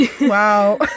wow